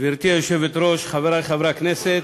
גברתי היושבת-ראש, חברי חברי הכנסת,